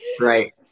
Right